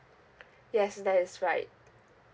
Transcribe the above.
yes that is right